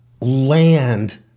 land